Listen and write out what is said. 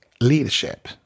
leadership